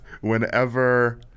Whenever